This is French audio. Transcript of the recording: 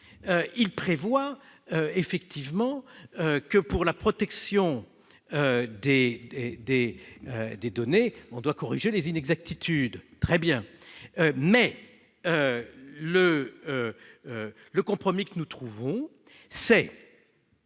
il prévoit effectivement que pour la protection D. D des données on doit corriger les inexactitudes, très bien, mais le le compromis que nous trouvons c'est